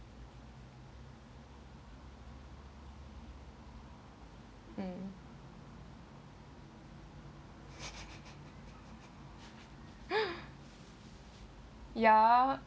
um ya